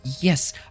Yes